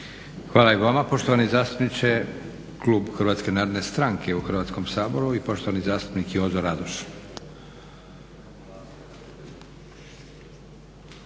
Hvala i vama. Poštovani zastupniče, Klub HNS-a u Hrvatskom saboru i poštovani zastupnik Jozo Radoš.